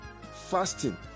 fasting